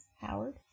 Howard